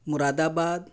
Moradabad